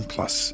Plus